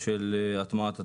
של הטמעת הטכוגרף.